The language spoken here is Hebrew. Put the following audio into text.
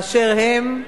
באשר הם,